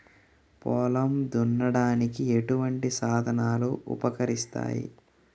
పొలం దున్నడానికి ఎటువంటి సాధనాలు ఉపకరిస్తాయి?